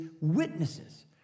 witnesses